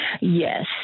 Yes